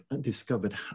discovered